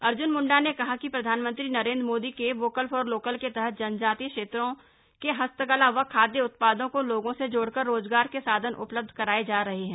अर्ज्न मंडा ने कहा कि प्रधानमंत्री नरेंद्र मोदी के वोकल फॉर लोकल के तहत जनजातीय क्षेत्रों के हस्तकला व खाद्य उत्पादों को लोगों से जोड़कर रोजगार के साधन उपलब्ध कराए जा रहे हैं